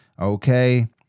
Okay